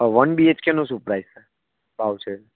one B H કેનું શું price છે ભાવ છે